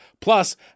plus